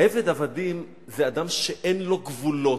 "עבד עבדים" זה אדם שאין לו גבולות,